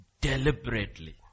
deliberately